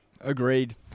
agreed